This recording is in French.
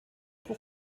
pour